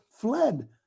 fled